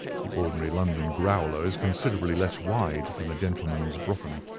the ordinary london growler is considerably less wide than a gentleman's brougham.